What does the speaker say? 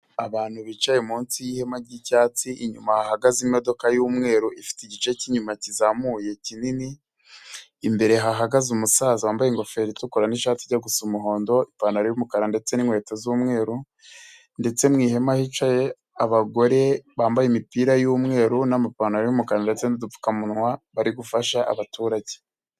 Abantu bicaye munsi y'ihema ry'icyatsi inyuma hahagaze imodoka y'umweru ifite igice kinyuma kizamuye kinini, imbere hahagaze umusaza wambaye ingofero itukura n'ishati ijya gu gusa umuhondo, ipantaro y'umukara ndetse n'inkweto z'umweru ndetse mu ihema hicaye abagore bambaye imipira y'umweru n'amapantaro y'umukara ndetse n'udupfukamunwa bari gufasha abaturage.